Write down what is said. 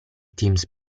teams